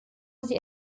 sie